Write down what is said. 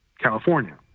California